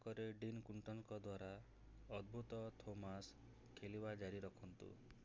ଦୟାକରି ଡିନ୍ କୁଣ୍ଟ୍ଜଙ୍କ ଦ୍ଵାରା ଅଦ୍ଭୁତ ଥୋମାସ ଖେଳିବା ଜାରି ରଖନ୍ତୁ